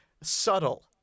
subtle